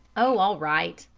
oh, all right,